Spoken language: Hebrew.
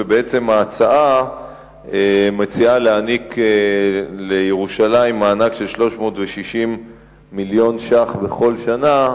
ובעצם ההצעה מציעה להעניק לירושלים מענק של 360 מיליון שקלים בכל שנה,